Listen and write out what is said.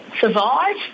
survive